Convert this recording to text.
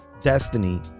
destiny